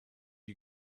you